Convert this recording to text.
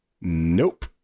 Nope